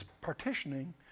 partitioning